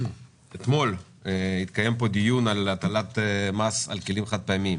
אתמול התקיים פה דיון על הטלת מס על כלים חד-פעמיים.